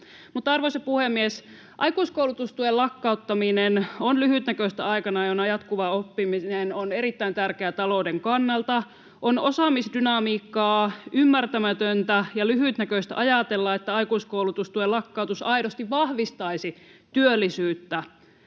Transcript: arvoisa puhemies, aikuiskoulutustuen lakkauttaminen on lyhytnäköistä aikana, jona jatkuva oppiminen on erittäin tärkeä talouden kannalta. On osaamisdynamiikkaa ymmärtämätöntä ja lyhytnäköistä ajatella, että aikuiskoulutustuen lakkautus aidosti vahvistaisi työllisyyttä.